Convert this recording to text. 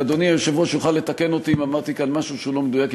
ואדוני היושב-ראש יוכל לתקן אותי אם אמרתי כאן משהו שהוא לא מדויק,